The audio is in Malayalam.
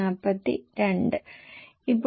1 ആയും പെസിമിസ്റ്റിക്കിന്റെ 1